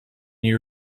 you